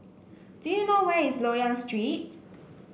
do you know where is Loyang Street